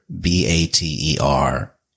B-A-T-E-R